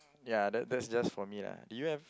ya that that's just for me lah do you have